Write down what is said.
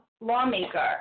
lawmaker